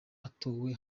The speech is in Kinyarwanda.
atowe